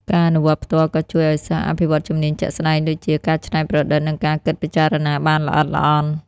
ការអនុវត្តផ្ទាល់ក៏ជួយឱ្យសិស្សអភិវឌ្ឍជំនាញជាក់ស្តែងដូចជា ការច្នៃប្រឌិត និងការគិតពិចារណាបានល្អិតល្អន់។